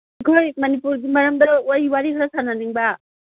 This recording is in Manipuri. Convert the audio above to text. ꯑꯩꯈꯣꯏ ꯃꯅꯤꯄꯨꯔꯒꯤ ꯃꯔꯝꯗ ꯋꯥꯔꯤ ꯈꯔ ꯁꯥꯟꯅꯅꯤꯡꯕ